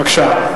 בבקשה.